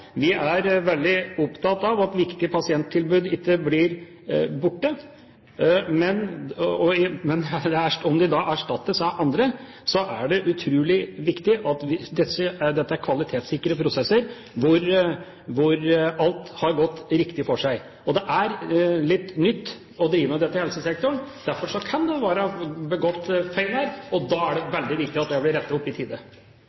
vi veldig opptatt av at viktige pasienttilbud ikke blir borte, men om de da erstattes av andre, er det utrolig viktig at dette er kvalitetssikrede prosesser hvor alt har gått riktig for seg. Det er nytt å drive med dette i helsesektoren. Derfor kan det være begått feil her, og da er det